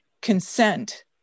consent